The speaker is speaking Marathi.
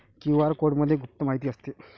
क्यू.आर कोडमध्ये गुप्त माहिती असते